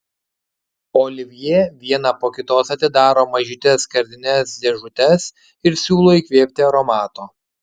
olivjė vieną po kitos atidaro mažytes skardines dėžutes ir siūlo įkvėpti aromato